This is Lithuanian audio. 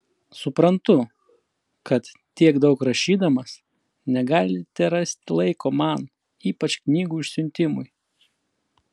suprantu kad tiek daug rašydamas negalite rasti laiko man ypač knygų išsiuntimui